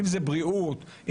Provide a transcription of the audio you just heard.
בריאות,